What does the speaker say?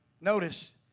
Notice